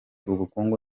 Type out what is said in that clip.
ubukungu